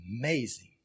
amazing